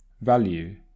value